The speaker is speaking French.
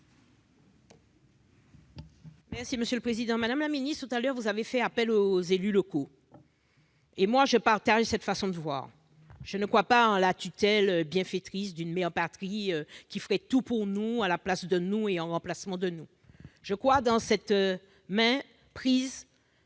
Mme Catherine Conconne. Madame la ministre, tout à l'heure, vous avez fait appel aux élus locaux, et moi je partage cette façon de voir. Je ne crois pas en la tutelle bienfaitrice d'une mère patrie qui ferait tout pour nous à notre place et en nous remplaçant. Je crois dans cette main qui